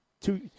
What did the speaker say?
Two